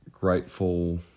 grateful